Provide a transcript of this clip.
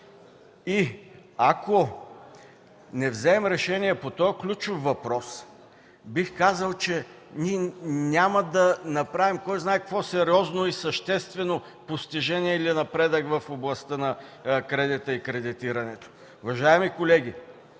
Ако не вземем решение по този ключов въпрос, бих казал, че няма да направим кой знае какво сериозно и съществено постижение или напредък в областта на кредита и кредитирането. Уважаеми колеги,